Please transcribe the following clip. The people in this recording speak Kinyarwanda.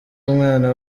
umwana